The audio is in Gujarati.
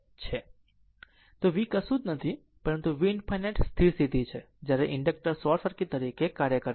આ v કશું જ નથી પરંતુ v ∞ સ્થિર સ્થિતિ છે જ્યારે ઇન્ડક્ટર શોર્ટ સર્કિટ તરીકે કામ કરે છે